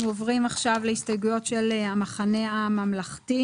אנחנו עוברים עכשיו להסתייגויות של המחנה הממלכתי.